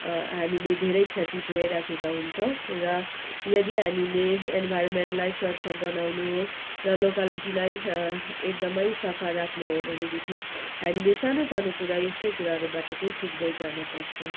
हामीले धेरै क्षति पुराइराखेका हुन्छौँ र यदि हामीले इन्भाइरोमेन्टलाई स्वच्छ बनाउनु र लोकालिटीलाई एकदमै सफा राख्नु हो भनेदेखि हामीले सानु सानु कुरा यस्तै कुराहरूबाट चाहिँ सिक्दै जानु पर्छ